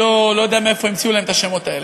שאני לא יודע מאיפה המציאו להם את השמות האלה.